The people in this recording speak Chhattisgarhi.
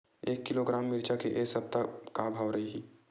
एक किलोग्राम मिरचा के ए सप्ता का भाव रहि?